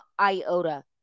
iota